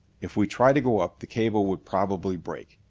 if we try to go up, the cable would probably break.